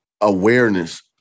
awareness